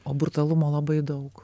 o brutalumo labai daug